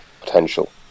potential